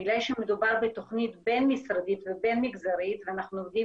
בגלל שמדובר בתוכנית בין משרדית ובין מגזרית ואנחנו עובדים